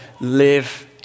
live